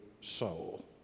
soul